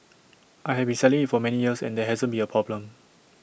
I have been selling IT for many years and there hasn't been A problem